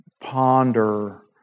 ponder